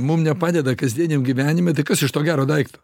mum nepadeda kasdieniam gyvenime tai kas iš to gero daikto